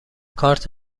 کارت